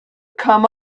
come